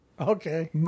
Okay